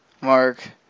Mark